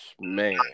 Man